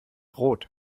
rot